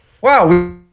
Wow